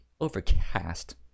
overcast